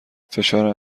فشار